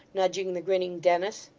nudging the grinning dennis.